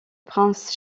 prince